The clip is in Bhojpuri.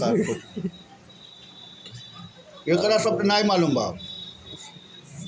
मुहे पर दाना चाहे दागी बा त किशमिश के पानी ओके ठीक कर देला